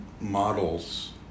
models